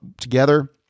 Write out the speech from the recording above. together